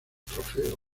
trofeo